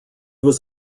was